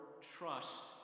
trust